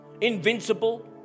invincible